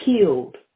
killed